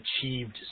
achieved